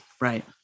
Right